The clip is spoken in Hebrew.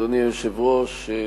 אדוני היושב-ראש,